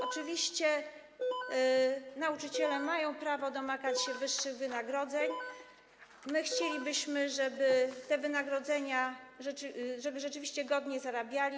Oczywiście nauczyciele mają prawo domagać się wyższych wynagrodzeń, my chcielibyśmy, żeby te wynagrodzenia... żeby oni rzeczywiście godnie zarabiali.